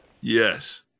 Yes